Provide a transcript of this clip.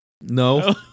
No